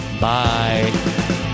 Bye